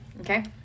Okay